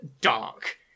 dark